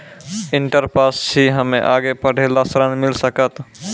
Inter pass छी हम्मे आगे पढ़े ला ऋण मिल सकत?